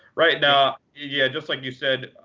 right now, yeah just like you said,